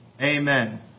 Amen